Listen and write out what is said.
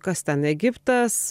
kas ten egiptas